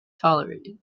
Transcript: tolerated